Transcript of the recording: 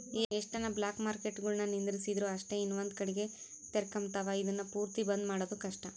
ಎಷ್ಟನ ಬ್ಲಾಕ್ಮಾರ್ಕೆಟ್ಗುಳುನ್ನ ನಿಂದಿರ್ಸಿದ್ರು ಅಷ್ಟೇ ಇನವಂದ್ ಕಡಿಗೆ ತೆರಕಂಬ್ತಾವ, ಇದುನ್ನ ಪೂರ್ತಿ ಬಂದ್ ಮಾಡೋದು ಕಷ್ಟ